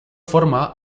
forma